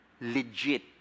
legit